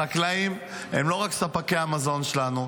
החקלאים הם לא רק ספקי המזון שלנו,